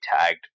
tagged